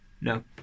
no